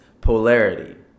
polarity